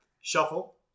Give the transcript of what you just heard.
shuffle